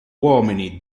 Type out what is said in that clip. uomini